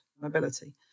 mobility